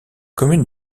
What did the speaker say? commune